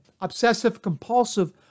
obsessive-compulsive